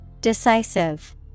Decisive